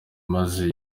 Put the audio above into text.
maze